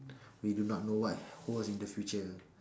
we do not know what who's in the future